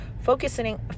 focusing